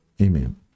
Amen